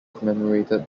commemorated